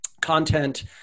content